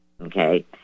Okay